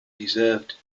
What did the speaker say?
deserved